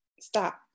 stop